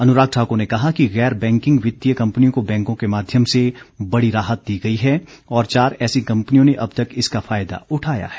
अनुराग ठाकर ने कहा कि गैर बैंकिंग वित्तीय कंपनियों को बैंकों के माध्यम से बडी राहत दी गई है और चार ऐसी कंपनियों ने अब तक इसका फायदा उठाया है